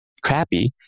crappy